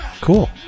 Cool